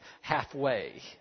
halfway